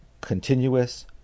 continuous